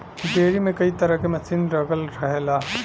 dairy में कई तरे क मसीन लगल रहला